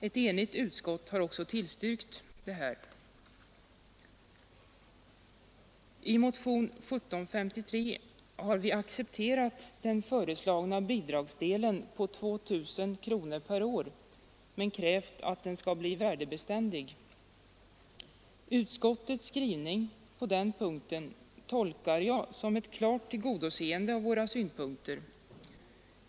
Ett enigt utskott har också tillstyrkt detta. I motionen 1753 har vi accepterat den föreslagna bidragsdelen på 2000 kronor per år men krävt att den skall bli värdebeständig. Utskottets skrivning på den punkten tolkar jag som ett klart tillgodoseende av våra synpunkter.